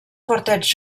quartets